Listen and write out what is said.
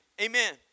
Amen